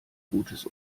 gutes